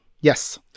Yes